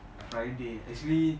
friday actually